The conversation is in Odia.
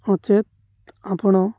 ନଚେତ୍ ଆପଣ